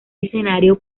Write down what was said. escenario